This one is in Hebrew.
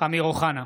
אמיר אוחנה,